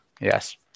Yes